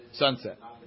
sunset